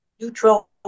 neutral